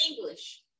English